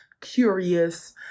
curious